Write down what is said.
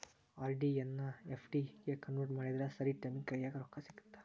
RD ಎನ್ನಾ FD ಗೆ convert ಮಾಡಿದ್ರ ಸರಿ ಟೈಮಿಗಿ ಕೈಯ್ಯಾಗ ರೊಕ್ಕಾ ಸಿಗತ್ತಾ